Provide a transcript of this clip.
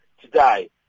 today